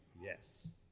Yes